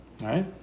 Right